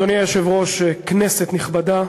אדוני היושב-ראש, כנסת נכבדה,